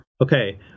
okay